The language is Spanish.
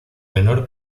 menor